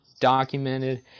documented